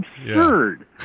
absurd